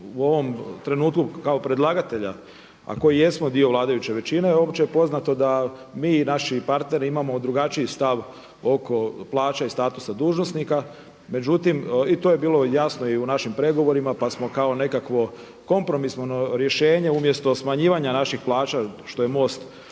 u ovom trenutku kao predlagatelja a koji jesmo dio vladajuće većine opće je poznato da mi i naši partneri imamo drugačiji stav oko plaća i statusa dužnosnika. Međutim i to je bilo jasno i u našim pregovorima, pa smo kao nekakvo kompromisno rješenje umjesto smanjivanja naših plaća što je MOST